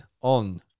on